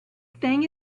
thing